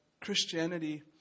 Christianity